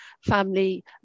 family